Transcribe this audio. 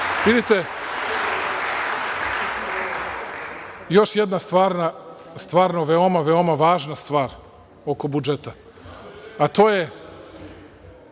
pomognu. Vidite, još jedna stvarno veoma, veoma važna stvar oko budžeta, a to